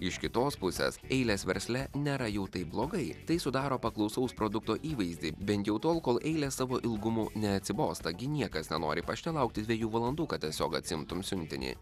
iš kitos pusės eilės versle nėra jau taip blogai tai sudaro paklausaus produkto įvaizdį bent jau tol kol eilės savo ilgumu neatsibosta gi niekas nenori pašte laukti dviejų valandų kad tiesiog atsiimtum siuntinį